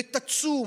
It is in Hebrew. תצום,